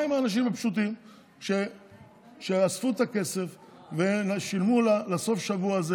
מה עם האנשים הפשוטים שאספו את הכסף ושילמו על סוף השבוע הזה?